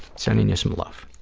sending you some love.